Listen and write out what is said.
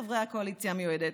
חברי הקואליציה המיועדת,